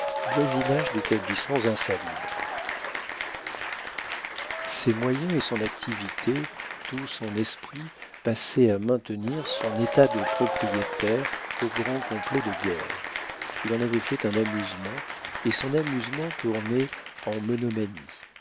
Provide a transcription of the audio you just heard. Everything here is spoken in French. voisinage d'établissements insalubres ses moyens et son activité tout son esprit passait à maintenir son état de propriétaire au grand complet de guerre il en avait fait un amusement et son amusement tournait en monomanie